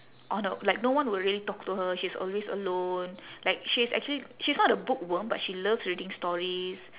on her like no one will really talk to her she's always alone like she's actually she's not a bookworm but she loves reading stories